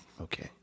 Okay